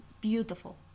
beautiful